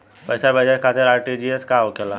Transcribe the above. पैसा भेजे खातिर आर.टी.जी.एस का होखेला?